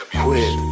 quit